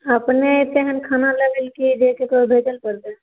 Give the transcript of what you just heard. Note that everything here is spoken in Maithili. अपने अयतै हन खाना लेबऽ लेल कि केकरो भेजऽ लए पड़तै